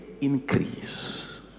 increase